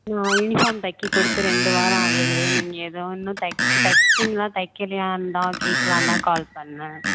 நான் யூனிஃபார்ம் தைக்க கொடுத்து ரெண்டு வாரம் ஆகுது நீங்கள் எதுவும் இன்னும் தைக்க தச்சிவிட்டிங்களா தைக்கலையான்னு தான் கேட்கலாம் தான் கால் பண்ணேன்